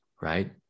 right